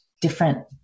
different